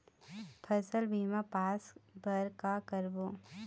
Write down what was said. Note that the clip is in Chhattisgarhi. फसल बीमा पास बर का करबो?